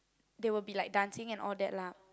they will be like dancing and all that lah